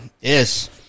Yes